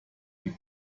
und